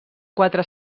quatre